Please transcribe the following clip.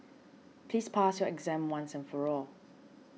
please pass your exam once and for all